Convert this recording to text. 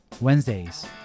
Wednesdays